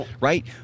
right